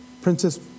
Princess